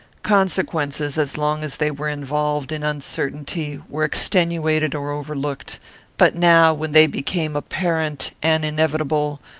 consequences, as long as they were involved in uncertainty, were extenuated or overlooked but now, when they became apparent and inevitable,